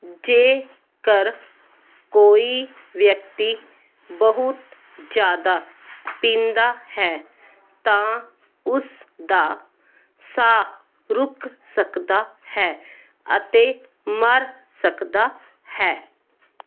ਜੇਕਰ ਕੋਈ ਵਿਅਕਤੀ ਬਹੁਤ ਜ਼ਿਆਦਾ ਪੀਂਦਾ ਹੈ ਤਾਂ ਉਸ ਦਾ ਸਾਹ ਰੁਕ ਸਕਦਾ ਹੈ ਅਤੇ ਮਰ ਸਕਦਾ ਹੈ